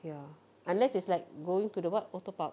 ya unless it's like going to the what ORTO park